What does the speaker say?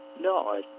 No